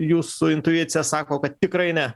jūsų intuicija sako kad tikrai ne